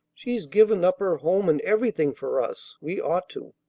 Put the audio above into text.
she's given up her home and everything for us we ought to.